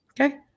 Okay